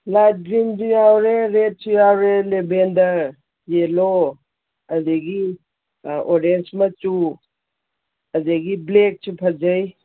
light ꯒ꯭ꯔꯤꯟꯁꯨ ꯌꯥꯎꯔꯦ ꯔꯦꯗꯁꯨ ꯌꯥꯎꯔꯦ ꯂꯦꯕꯦꯟꯗꯔ ꯌꯦꯜꯂꯣ ꯑꯗꯒꯤ ꯑꯥ ꯑꯣꯔꯦꯟꯖ ꯃꯆꯨ ꯑꯗꯒꯤ ꯕ꯭ꯂꯦꯛꯁꯨ ꯐꯖꯩ